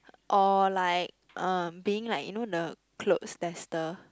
or like um being like you know the clothes tester